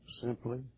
simply